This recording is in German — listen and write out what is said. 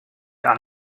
ihr